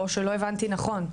או שלא הבנתי נכון.